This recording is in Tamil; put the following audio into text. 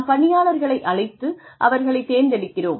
நாம் பணியாளர்களை அழைத்து அவர்களை தேர்ந்தெடுக்கிறோம்